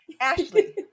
Ashley